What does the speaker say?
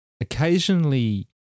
Occasionally